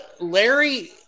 Larry